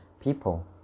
people